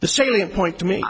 the salient point to me